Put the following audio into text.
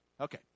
Okay